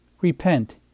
Repent